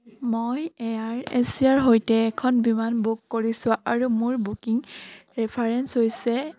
মই এয়াৰ এছিয়াৰ সৈতে এখন বিমান বুক কৰিছোঁঁ আৰু মোৰ বুকিং ৰেফাৰেন্স হৈছে